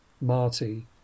Marty